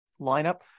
lineup